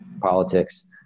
politics